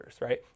right